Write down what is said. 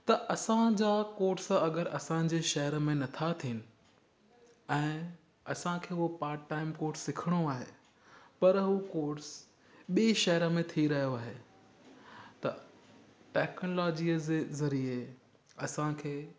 त असांजा कोर्स अगरि असांजे शहर में नथा थियनि ऐं असांखे उहो पार्ट टाइम कोर्स सिखिणो आहे पर हू कोर्स ॿिएं शहर में थी रहियो आहे त टेक्नोलॉज़ीअ जे ज़रिए असांखे